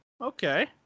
Okay